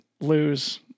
lose